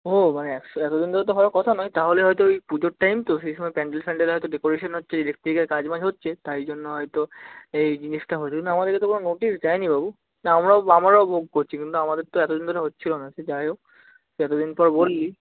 ও মানে একশো এতো দিন তো হওয়ার কথা নয় তাহলে হয়তো ওই পুজোর টাইম তো সেই সমায় প্যান্ডেল ফ্যান্ডেল হয়তো ডেকোরেশান হচ্ছে ইলেকট্রিকের কাজবাজ হচ্ছে তাই জন্য হয়তো এই জিনিসটা হচ্ছে কিন্তু আমাদেরকে তো কোনো নোটিস দেয় নি বাবু না আমরাও আমরাও ভোগ করছি কিন্তু আমাদের তো এতো দিন ধরে হচ্ছিলো না সেইযাই হোক তুই এতো দিন পর বললি